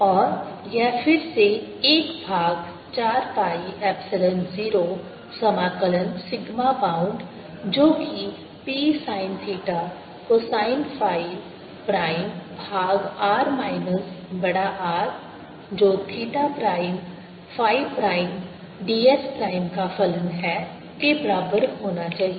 और यह फिर से 1 भाग 4 pi एप्सिलॉन 0 समाकलन सिग्मा बाउंड जो कि P sin theta cosine phi prime भाग r माइनस बड़ा R जो theta prime phi prime ds prime का फलन है के बराबर होना चाहिए